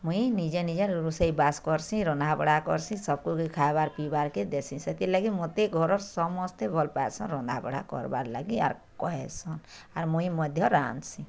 ମୁଇଁ ନିଜେ ନିଜେ ରୋଷଇବାସ୍ କର୍ସିଁ ରନ୍ଧାବଢ଼ା କର୍ସି ସବ୍କୁ ବି ଖାଇବାର୍ ପିଇବାର୍ କେ ଦେସିଁ ସେଥିର୍ଲାଗି ମତେ ଘରର୍ ସମସ୍ତେ ଭଲ୍ ପାଏସନ୍ ରନ୍ଧାବଢ଼ା କର୍ବାର୍ ଲାଗି ଆର୍ କହେସନ୍ଆର୍ ମୁଇଁ ମଧ୍ୟ ରାନ୍ଧ୍ସି